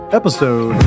episode